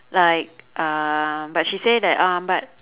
like uh but she say that uh but